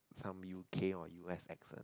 some U_K or U_S accent